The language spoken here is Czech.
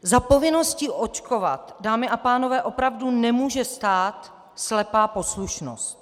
Za povinností očkovat, dámy pánové, opravdu nemůže stát slepá poslušnost.